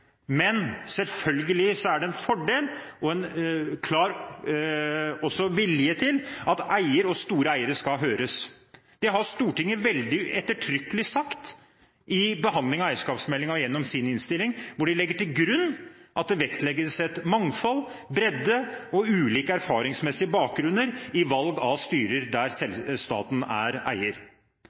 fordel – og en klar vilje til – at eier og store eiere skal høres. Det har Stortinget sagt veldig ettertrykkelig i behandlingen av eierskapsmeldingen og gjennom sin innstilling, hvor de legger til grunn at det vektlegges mangfold, bredde og ulike erfaringsmessige bakgrunner i valg av styrer der staten er eier.